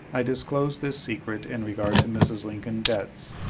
i disclose this secret in regard to mrs. lincoln's debts,